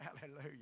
Hallelujah